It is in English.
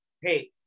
hey